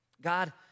God